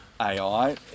AI